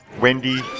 Wendy